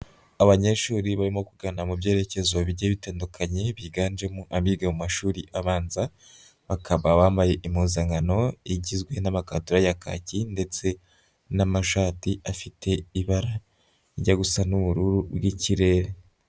Abanyeshuri barimo kugana mu byerekezo bigiye bitandukanye, biganjemo abiga mu mashuri abanza, bakaba bambaye impuzankano igizwe n'amakatura ya kaki ndetse n'amashati afite ibara rijya gusa n'ubururu bw'ikirere.